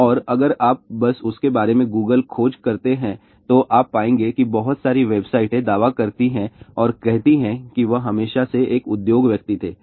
और अगर आप बस उसके बारे में Google खोज करते हैं तो आप पाएंगे कि बहुत सारी वेबसाइटें दावा करती हैं और कहती हैं कि वह हमेशा से एक उद्योग व्यक्ति थे